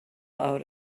out